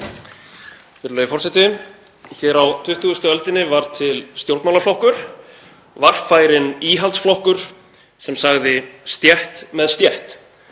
Virðulegi forseti. Hér á 20. öldinni varð til stjórnmálaflokkur, varfærinn íhaldsflokkur sem sagði stétt með stétt